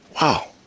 Wow